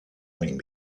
wing